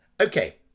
okay